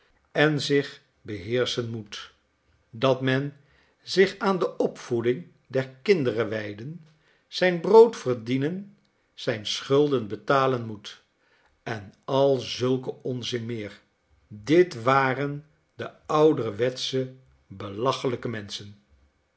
en zich beheerschen moet dat men zich aan de opvoeding der kinderen wijden zijn brood verdienen zijn schulden betalen moet en al zulken onzin meer dit waren de ouderwetsche belachelijke menschen